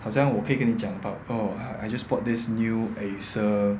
好像我可以跟你讲 about oh uh I just bought this new acer